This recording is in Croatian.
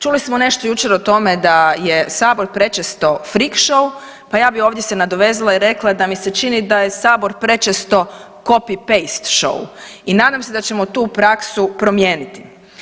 Čuli smo nešto jučer o tome da je sabor prečesto frik šou, pa ja bi ovdje se nadovezala i rekla da mi se čini da je sabor prečesto copy paste šou i nadam se da ćemo tu praksu promijeniti.